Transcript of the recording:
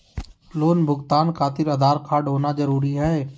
Loan भुगतान खातिर Aadhaar card होना जरूरी है?